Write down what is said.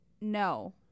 No